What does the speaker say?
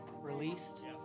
released